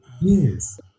Yes